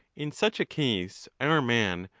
in such a case our man,